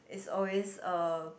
is always a